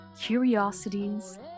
curiosities